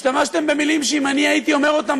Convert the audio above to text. השתמשתם במילים שאם אני הייתי אומר אותן,